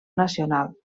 nacional